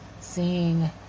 seeing